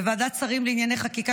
בוועדת שרים לענייני חקיקה,